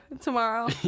tomorrow